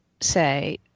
say